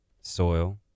soil